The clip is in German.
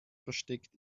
versteckt